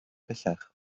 bellach